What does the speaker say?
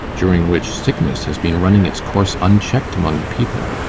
during which sickness has been running its course unchecked among the people,